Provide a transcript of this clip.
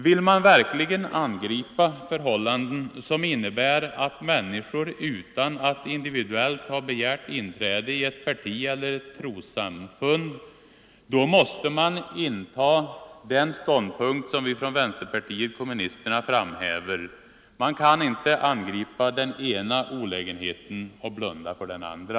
Vill man verkligen angripa förhållanden som innebär att människor blir anslutna till ett parti eller ett trossamfund utan att individuellt ha begärt inträde, så måste man inta den ståndpunkt som vi från vänsterpartiet kommunisterna har intagit. Man kan inte angripa den ena olägenheten och blunda för den andra.